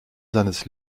seines